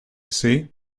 see